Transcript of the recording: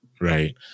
right